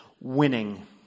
Winning